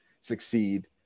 succeed